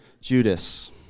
Judas